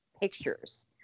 pictures